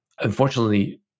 unfortunately